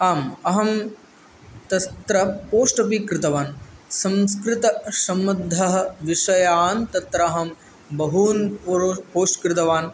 आम् अहं तस् त्र पोस्ट् अपि कृतवान् संस्कृतसम्बद्धः विषयान् तत्र अहं बहून् पो पोस्ट् कृतवान्